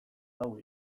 hau